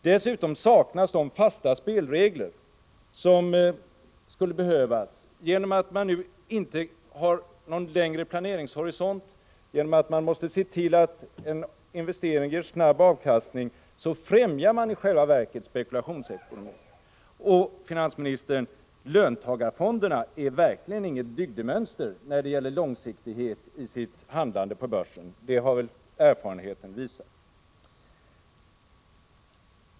Dessutom saknas det fasta spelregler, vilket gör att man nu inte har någon längre planeringshorisont. Genom att man måste se till att en investering ger snabb avkastning främjas i själva verket spekulationsekonomin. Löntagarfonderna, Kjell-Olof Feldt, är verkligen inget dygdemönster när det gäller långsiktighet i handlandet på börsen. Det har erfarenheten visat.